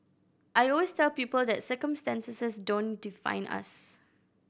I always tell people that circumstances don't define us